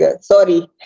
Sorry